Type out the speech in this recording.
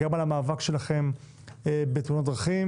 גם על המאבק שלכם בתאונות דרכים